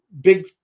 big